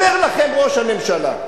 אומר לכם ראש הממשלה,